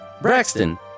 Braxton